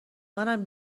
منم